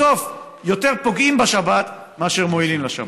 בסוף יותר פוגעים בשבת מאשר מועילים לשבת.